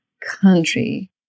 country